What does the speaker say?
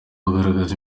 kugaragaza